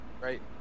Right